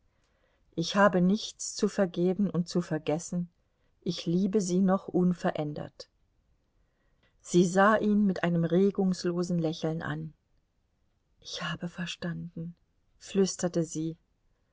ich habe nichts zu vergeben und zu vergessen ich liebe sie noch unverändert sie sah ihn mit einem regungslosen lächeln an ich habe verstanden flüsterte sie